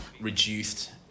reduced